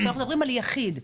כשמדברים על תאגיד,